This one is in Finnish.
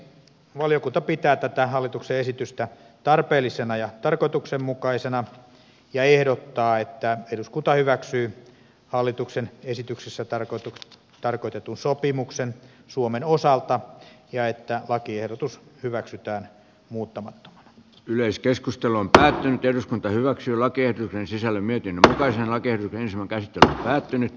valiokunta pitää tätä hallituksen esitystä tarpeellisena ja tarkoituksenmukaisena ja ehdottaa että eduskunta hyväksyy hallituksen esityksessä tarkoitetun sopimuksen suomen osalta ja että lakiehdotus hyväksytään muuttamatta yleiskeskustelun päätyyn eduskunta hyväksyy laki ei sisällä myyty takaisin hakee bensan käyttö muuttamattomana